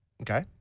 Okay